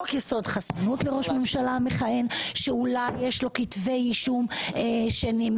חוק יסוד: חסינות לראש ממשלה מכהן שאולי יש לו כתבי אישום שמתנהלים.